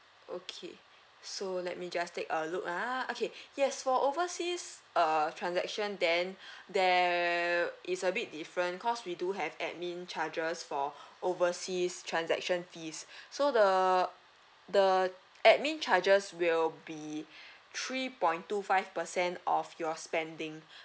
okay so let me just take a look ah okay yes for overseas uh transaction then there is a bit different cause we do have admin charges for overseas transaction fees so the the admin charges will be three point two five percent of your spending